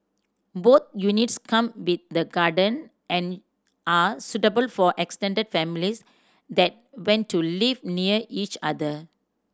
both units come with the garden and are suitable for extended families that want to live near each other